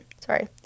sorry